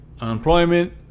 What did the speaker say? Unemployment